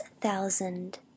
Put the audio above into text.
thousand